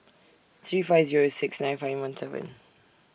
three five Zero six nine five one seven